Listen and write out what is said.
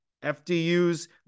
FDU's